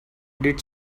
did